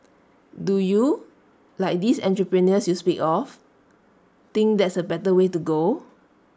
do you like these entrepreneurs you speak of think that's A better way to go